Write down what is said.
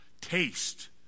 taste